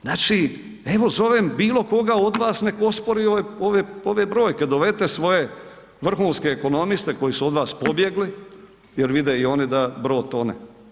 Znači evo zovem bilokoga od vas nek ospori ove brojke, dovedite svoje vrhunske ekonomiste koji su od vas pobjegli jer vide i oni da brod tone.